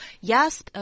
yes